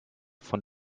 von